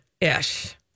Ish